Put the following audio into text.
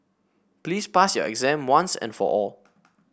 please pass your exam once and for all